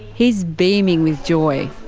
he's beaming with joy.